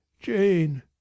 Jane